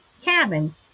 cabin